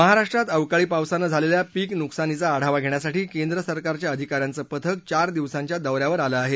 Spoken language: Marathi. महाराष्ट्रात अवकाळी पावसानं झालेल्या पीक नुकसानीचा आढावा घेण्यासाठी केंद्र सरकारच्या अधिकाऱ्यांचं पथक चार दिवसांच्या दौऱ्यावर आलं आहे